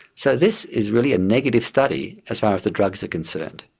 so this is really a negative study as far as the drugs are concerned.